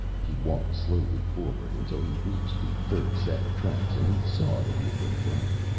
he walked slowly forward until he reached the third set of tracks and he saw that he had been right.